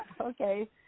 Okay